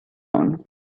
own